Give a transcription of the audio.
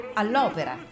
all'opera